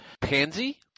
Pansy